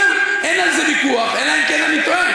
שנייה, אין על זה ויכוח, אלא אם כן אני טועה.